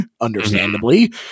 understandably